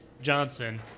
Johnson